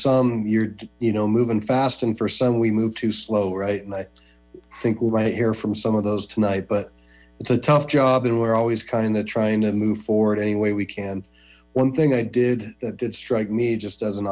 some you're moving fast and for some we move to slow right and i think we might hear from some of those tonight but it's a tough job and we're always kind of trying to move forward any way we can one thing i did that did strike me just as an